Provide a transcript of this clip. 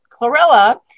Chlorella